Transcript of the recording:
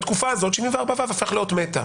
בתקופה הזאת 74ו הפך לאות מתה.